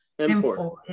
M4